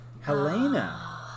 helena